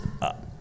up